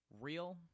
real